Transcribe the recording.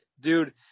dude